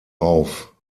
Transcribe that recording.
auf